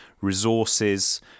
resources